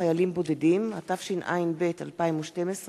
התשע”ב 2012,